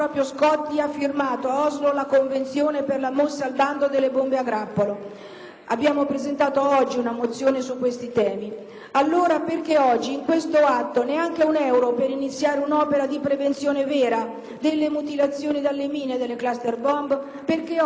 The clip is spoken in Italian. Abbiamo presentato oggi una mozione su questi temi: allora perché in questo atto non c'è neanche un euro per iniziare un'opera di prevenzione vera delle mutilazioni dalle mine e dalle *cluster bomb*? Perché oggi in quest'atto non c'è neanche un euro per la restituzione ai civili di un territorio sanato?